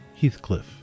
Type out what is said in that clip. Heathcliff